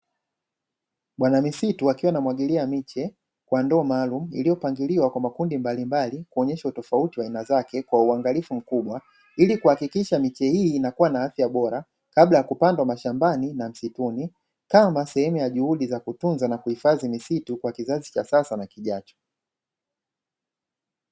Bwawa misitu akiwa anamwagilia miche kwa ndoo maalumu, iliyopangiliwa kwa makundi mbalimbali kuonyesha utofauti wa aina zake, kwa uangalifu mkubwa, ili kuhakikisha miche hii inakuwa na afya bora kabla ya kupandwa mashambani na msituni, kama sehemu ya juhudi ya kutunza na kuhifadhi misitu kwa kizazi cha sasa na kijacho.